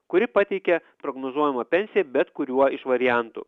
kuri pateikia prognozuojamą pensiją bet kuriuo iš variantų